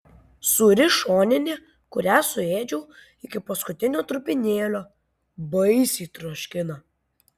sūri šoninė kurią suėdžiau iki paskutinio trupinėlio baisiai troškina